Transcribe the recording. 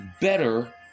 better